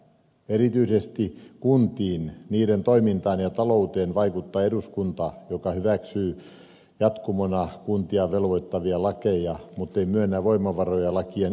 erityisesti kuntiin niiden toimintaan ja talouteen vaikuttaa eduskunta joka hyväksyy jatkumona kuntia velvoittavia lakeja mutta ei myönnä voimavaroja lakien edellyttämään toimintaan